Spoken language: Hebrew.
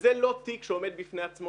וזה לא תיק שעומד בפני עצמו.